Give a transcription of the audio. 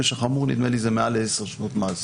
פשע חמור, נדמה לי, זה מעל 10 שנות מאסר.